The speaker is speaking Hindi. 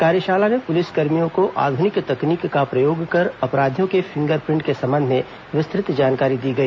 कार्यशाला में पुलिसकर्मियों को आधुनिक तकनीक का प्रयोग कर अपराधियों के फिंगर प्रिंट के संबंध में विस्तृत जानकारी दी गई